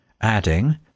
adding